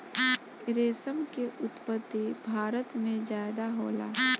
रेशम के उत्पत्ति भारत में ज्यादे होला